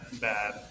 bad